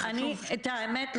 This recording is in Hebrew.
האמת,